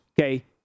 Okay